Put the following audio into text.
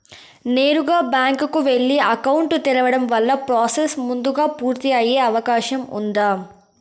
నేరుగా బ్యాంకు కు వెళ్లి అకౌంట్ తెరవడం వల్ల ప్రాసెస్ ముందుగా పూర్తి అయ్యే అవకాశం ఉందా?